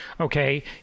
Okay